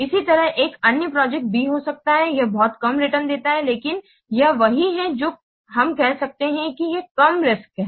इसी तरह एक अन्य प्रोजेक्ट B हो सकता है यह बहुत कम रिटर्न देता है लेकिन यह वही है जो हम कह सकते हैं कि कम रिस्क् है